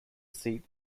seat